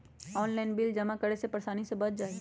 Online bill जमा करे से परेशानी से बच जाहई?